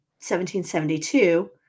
1772